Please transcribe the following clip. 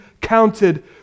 counted